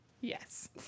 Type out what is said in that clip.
Yes